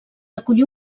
acollir